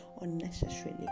unnecessarily